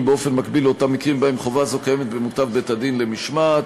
במקביל למקרים שבהם חובה זו קיימת במותב בית-הדין למשמעת.